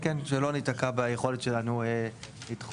כן, שלא ביכולת שלנו לדחות.